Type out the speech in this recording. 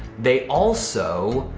they also